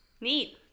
Neat